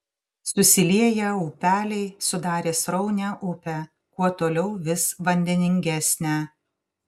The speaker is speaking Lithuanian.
susilieję upeliai sudarė sraunią upę kuo toliau vis vandeningesnę